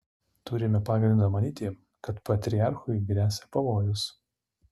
turime pagrindo manyti kad patriarchui gresia pavojus